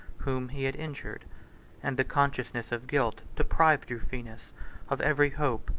whom he had injured and the consciousness of guilt deprived rufinus of every hope,